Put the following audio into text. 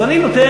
אז אני נותן,